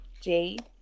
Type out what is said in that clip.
Jade